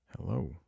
hello